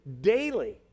daily